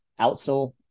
outsole